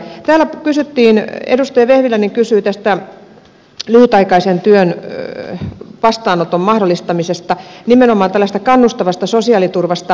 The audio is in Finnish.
täällä edustaja vehviläinen kysyi tästä lyhytaikaisen työn vastaanoton mahdollistamisesta nimenomaan tällaisesta kannustavasta sosiaaliturvasta